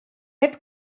pep